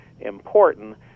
important